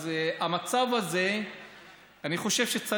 אז אני חושב שבמצב הזה צריך פתרון,